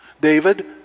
David